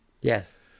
Yes